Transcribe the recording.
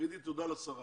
תגידי תודה לשרה.